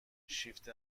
شیفت